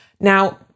Now